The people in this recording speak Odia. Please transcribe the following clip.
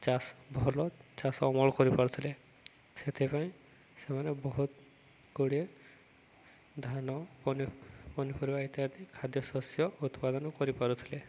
ଚାଷ ଭଲ ଚାଷ ଅମଳ କରିପାରୁଥିଲେ ସେଥିପାଇଁ ସେମାନେ ବହୁତ ଗୁଡ଼ିଏ ଧାନ ପନି ପନିପରିବା ଇତ୍ୟାଦି ଖାଦ୍ୟ ଶସ୍ୟ ଉତ୍ପାଦନ କରିପାରୁଥିଲେ